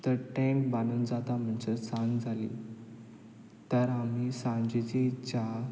तर टॅन्ट बांदून जाता म्हणसर सांज जाली तर आमी सांजेची च्या